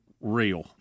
real